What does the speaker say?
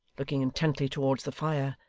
looking intently towards the fire,